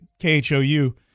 KHOU